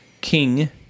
King